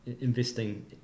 investing